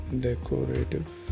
decorative